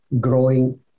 growing